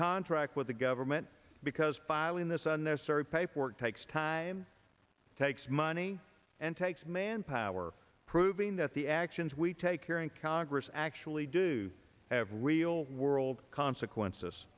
contract with the government because filing this unnecessary paperwork takes time takes money and takes manpower proving that the actions we take here in congress actually do have real world consequences